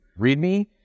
README